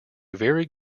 very